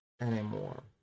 anymore